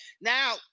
Now